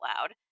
loud